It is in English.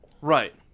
Right